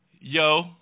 yo